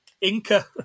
Inca